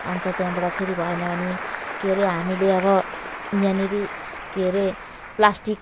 अन्त त्यहाँबाट फेरि भएन भने के अरे हामीले अब यहाँनिर के अरे प्लास्टिक